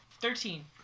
Thirteen